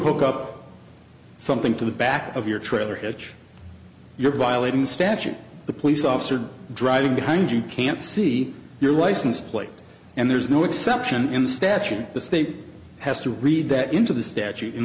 hook up something to the back of your trailer hitch you're violating the statute the police officer driving behind you can't see your license plate and there's no exception in the statute in the state has to read that into the statute in